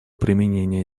применения